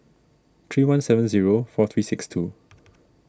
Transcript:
three one seven zero four three six two